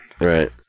Right